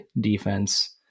defense